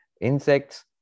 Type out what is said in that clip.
insects